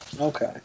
Okay